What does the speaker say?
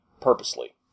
purposely